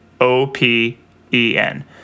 O-P-E-N